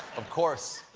of course.